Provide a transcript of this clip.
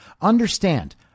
Understand